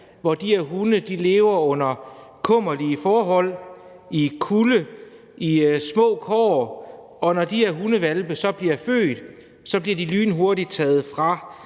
hvor de her hunde lever under kummerlige forhold, i kulde, i små kår, og når de her hundehvalpe så bliver født, bliver de lynhurtigt taget fra